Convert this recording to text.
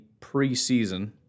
preseason